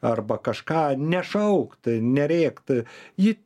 arba kažką nešaukt nerėkt ji